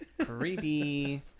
creepy